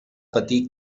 patir